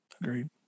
Agreed